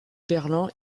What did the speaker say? berlin